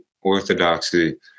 orthodoxy